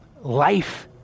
life